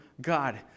God